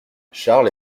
charles